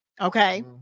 Okay